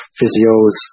physios